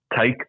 take